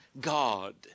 God